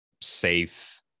safe